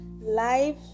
life